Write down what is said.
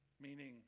Meaning